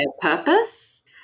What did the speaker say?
purpose